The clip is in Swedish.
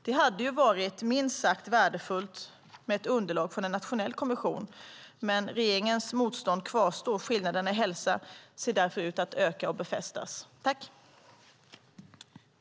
Det hade varit minst sagt värdefullt med ett underlag från en nationell kommission. Men regeringens motstånd kvarstår, och skillnaderna i hälsa ser därför ut att öka och befästas. I detta anförande instämde Ann Arleklo, Lennart Axelsson och Catharina Bråkenhielm .